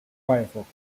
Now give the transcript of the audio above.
firefox